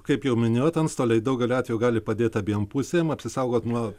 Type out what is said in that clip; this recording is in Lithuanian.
kaip jau minėjot antstoliai daugeliu atveju gali padėt abiem pusėm apsisaugot nuo